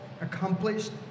accomplished